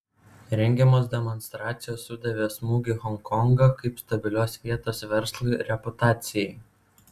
rengiamos demonstracijos sudavė smūgį honkongo kaip stabilios vietos verslui reputacijai